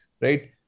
right